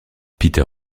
peter